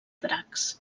dracs